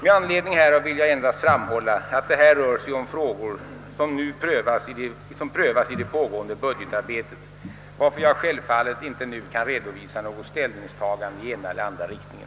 Med anledning härav vill jag endast framhålla, att det här rör sig om frågor som prövas i det pågående budgetarbetet, varför jag självfallet inte nu kan redovisa något ställningstagande i ena eller andra riktningen.